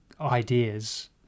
ideas